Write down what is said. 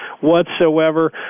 whatsoever